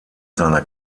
seiner